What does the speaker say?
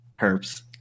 Herbs